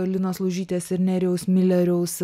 linos lužytės ir nerijaus mileriaus